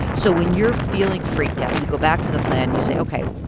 so when you're feeling freaked out, you go back to the plan. you say, ok.